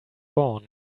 born